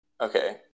Okay